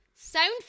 Sound